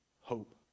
hope